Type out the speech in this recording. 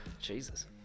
jesus